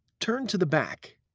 turn to the back.